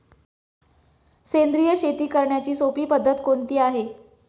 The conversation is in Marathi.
सेंद्रिय शेती करण्याची सोपी पद्धत कोणती आहे का?